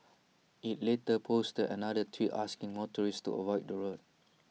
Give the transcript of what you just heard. IT later posted another tweet asking motorists to avoid the road